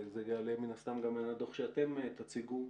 וזה יעלה מן הסתם מהדוח שאתם תציגו,